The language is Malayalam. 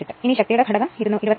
ഇനി ശക്തിയുടെ ഘടകം എന്ന് ഉള്ളത് 27